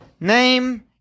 Name